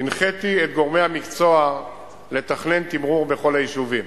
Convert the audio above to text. הנחיתי את גורמי המקצוע לתכנן תמרור בכל היישובים